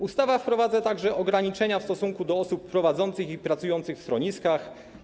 Ustawa wprowadza także ograniczenia w stosunku do osób prowadzących i pracujących w schroniskach.